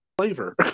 flavor